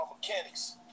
mechanics